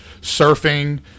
surfing